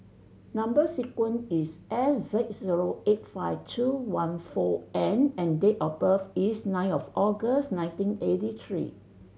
number sequence is S six zero eight five two one four N and date of birth is nine of August nineteen eighty three